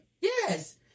Yes